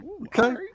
Okay